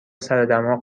سردماغ